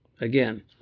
Again